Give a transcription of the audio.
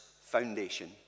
foundation